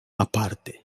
aparte